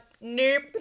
nope